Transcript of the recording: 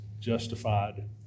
justified